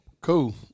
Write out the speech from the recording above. cool